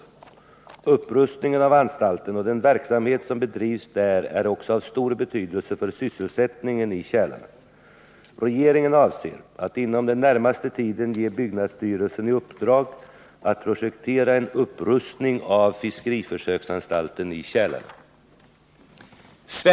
Upprustningen av anstalten och den verksamhet som bedrivs där är också av stor betydelse för sysselsättningen i Kälarne. Regeringen avser att inom den närmaste tiden ge byggnadsstyrelsen i uppdrag att projektera en upprustning av fiskeriförsöksanstalten i Kälarne.